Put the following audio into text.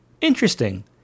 interesting